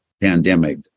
pandemic